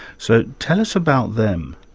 so tell us about them.